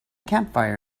campfire